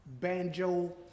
banjo